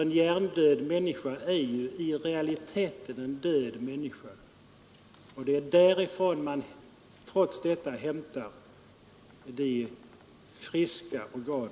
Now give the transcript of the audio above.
En hjärndöd människa är i realiteten en död människa, och likväl kan man i sådant fall tillvarata friska organ.